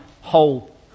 whole